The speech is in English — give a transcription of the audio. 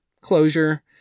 closure